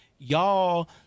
Y'all